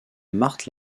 marthe